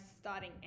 starting